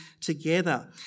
together